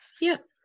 Yes